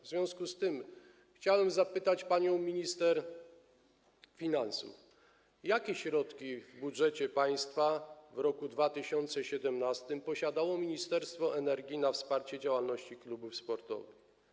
W związku z tym chciałbym zapytać panią minister finansów: Jakie środki w budżecie państwa w roku 2017 posiadało Ministerstwo Energii na wsparcie działalności klubów sportowych?